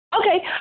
Okay